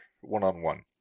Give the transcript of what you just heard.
one-on-one